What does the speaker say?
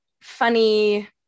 funny